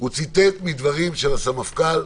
הוא ציטט מדברים של הסמפכ"ל,